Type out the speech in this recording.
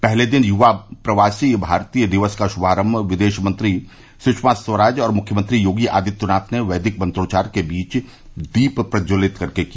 पहले दिन युवा प्रवासी भारतीय दिवस का शुभारम्भ विदेशमंत्री सुषमा स्वराज और मुख्यमंत्री योगी आदित्यनाथ ने वैदिक मंत्रोच्चार के बीच दीप प्रज्ज्वलित करके किया